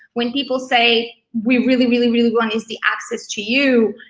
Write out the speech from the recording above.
when people say we really, really, really want is the access to you.